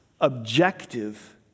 objective